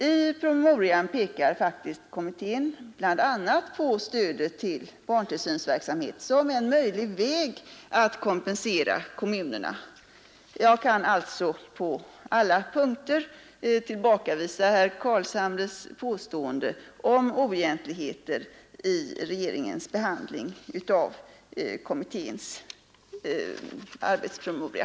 I promemorian pekar faktiskt kommittén bl.a. på stödet till barntillsynsverksamhet som en möjlig väg att kompensera kommunerna. Jag kan alltså på alla punkter tillbakavisa herr Carlshamres påstående om oegentligheter i regeringens behandling av kommitténs arbetspromemoria.